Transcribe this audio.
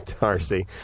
Darcy